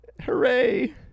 Hooray